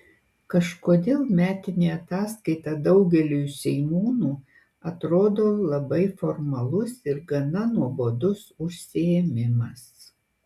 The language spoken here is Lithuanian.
kažkodėl metinė ataskaita daugeliui seimūnų atrodo labai formalus ir gana nuobodus užsiėmimas